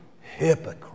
hypocrite